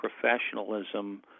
professionalism